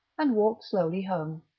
and walked slowly home.